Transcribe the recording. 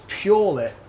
purely